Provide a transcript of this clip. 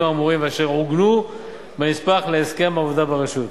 האמורים ועוגנו בנספח להסכם העבודה ברשות.